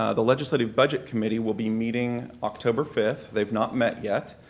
ah the legislative budget committee will be meeting october fifth. they've not met yet.